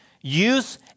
use